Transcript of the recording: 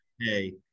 hey